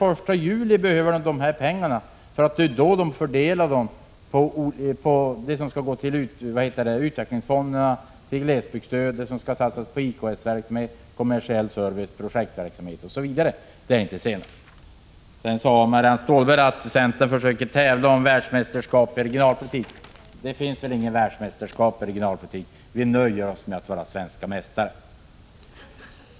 Den 1 juli behöver de dessa pengar; det är ju då de fördelar medel till utvecklingsfonderna, till glesbygdsstöd, till IKS-verksam Marianne Stålberg sade också att centern försöker tävla om världsmäster 22 maj 1986 skapet i regionalpolitik. Det finns väl inget världsmästerskap i regionalpolitik. Vi nöjer oss med att vara svenska mästare.